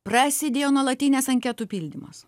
prasidėjo nuolatinis anketų pildymas